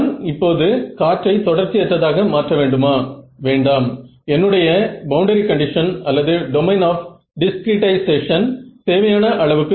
நீங்கள் இப்போது நோக்கி கொண்டு இருப்பது சுவாரசியமாக ரியாக்ட்டன்ஸ்கான இதைப் போன்ற சிலவற்றை ஆகும்